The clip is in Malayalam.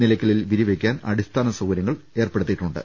നിലയ്ക്കലിൽ വിരി വയ്ക്കാൻ അടിസ്ഥാന സൌകരൃങ്ങൾ ഏർപ്പെടുത്തിയിട്ടുണ്ട്